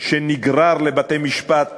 שנגרר לבתי-משפט